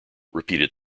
repeated